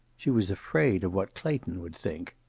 she was afraid of what clayton would think.